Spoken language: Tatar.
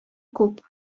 күп